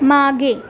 मागे